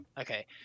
Okay